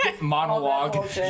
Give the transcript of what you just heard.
monologue